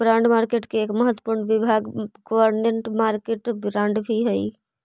bond market के एक महत्वपूर्ण विभाग गवर्नमेंट बॉन्ड मार्केट भी हइ